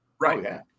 Right